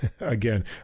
again